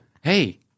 Hey